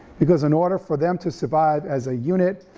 because in order for them to survive as a unit,